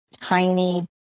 tiny